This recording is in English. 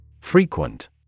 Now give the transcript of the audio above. Frequent